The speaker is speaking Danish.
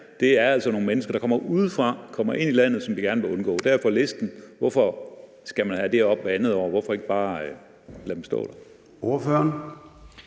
her er altså nogle mennesker, der kommer udefra og kommer ind i landet, som vi gerne vil undgå. De er på listen. Hvorfor skal man have det op hvert andet år? Hvorfor ikke bare lade dem stå der?